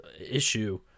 issue